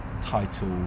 title